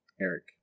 eric